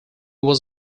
was